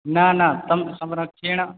न न तं संरक्षेण